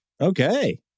Okay